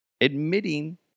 Admitting